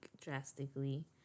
drastically